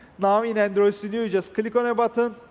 now in android studio, you just click on a button,